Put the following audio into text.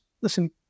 listen